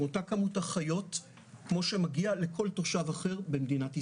עם אותה כמות אחיות כמו שמגיע לכל תושב אחר במדינת ישראל.